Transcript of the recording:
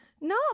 No